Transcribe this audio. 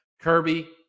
Kirby